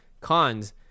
cons